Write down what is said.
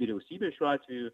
vyriausybė šiuo atveju